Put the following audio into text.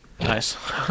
Nice